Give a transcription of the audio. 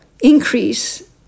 increase